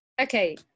Okay